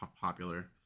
popular